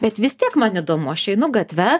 bet vis tiek man įdomu aš einu gatve